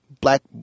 black